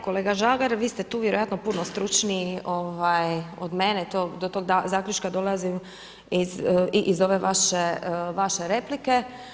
Kolega Žagar, vi ste tu vjerojatno stručniji od mene, do tog zaključka dolazim i iz ove vaše replike.